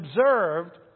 observed